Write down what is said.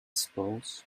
suppose